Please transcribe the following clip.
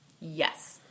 Yes